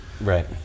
Right